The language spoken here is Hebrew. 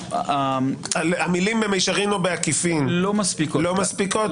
המילים במישרין או בעקיפין לא מספיקות.